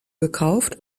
gekauft